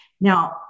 Now